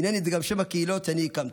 הינני זה גם שם הקהילות שאני הקמתי.